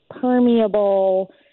permeable